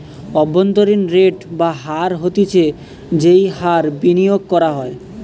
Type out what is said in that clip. অভ্যন্তরীন রেট বা হার হতিছে যেই হার বিনিয়োগ করা হয়